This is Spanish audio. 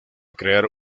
crear